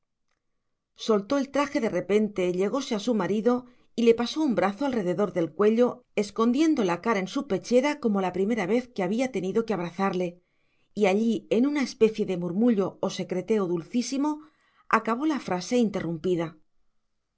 soltó el traje de repente llegóse a su marido y le pasó un brazo alrededor del cuello escondiendo la cara en su pechera como la primera vez que había tenido que abrazarle y allí en una especie de murmullo o secreteo dulcísimo acabó la frase interrumpida